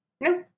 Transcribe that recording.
No